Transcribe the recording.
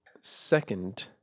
second